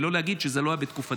ולא להגיד: זה לא היה בתקופתי.